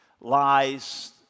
lies